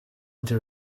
into